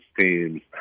teams